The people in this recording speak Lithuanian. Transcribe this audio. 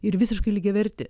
ir visiškai lygiavertį